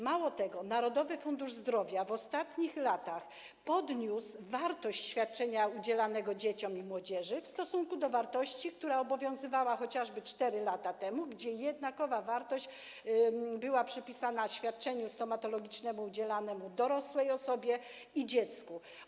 Mało tego, Narodowy Fundusz Zdrowia w ostatnich latach podniósł wartość świadczenia udzielanego dzieciom i młodzieży w stosunku do wartości, która obowiązywała chociażby 4 lata temu, kiedy to jednakowa wartość była przypisana świadczeniu stomatologicznemu udzielanemu dorosłej osobie i dziecku.